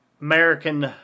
American